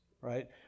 right